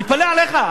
מתפלא עליך,